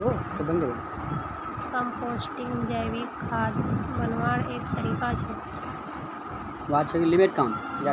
composting जैविक खाद बन्वार एक तरीका छे